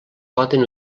poden